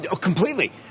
Completely